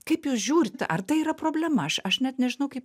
kaip jūs žiūrit ar tai yra problema aš aš net nežinau kaip